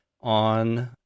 on